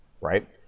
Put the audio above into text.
right